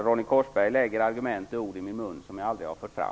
Ronny Korsberg lägger argument och ord i min mun som jag aldrig har fört fram.